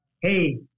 hey